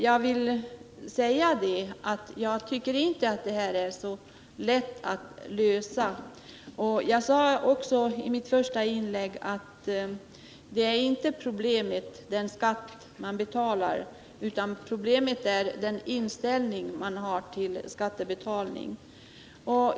Jag tycker inte att den här frågan är så lätt att klara av. Jag sade i mitt första inlägg att problemet inte är den skatt som man betalar utan den inställning som man har till skattebetalning.